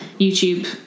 YouTube